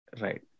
Right